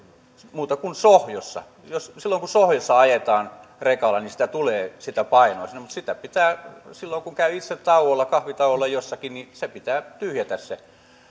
muuta kuin sohjossa silloin kun sohjossa ajetaan rekalla niin sitä painoa tulee sinne mutta se rekka pitää silloin kun käy itse kahvitauolla jossakin tyhjätä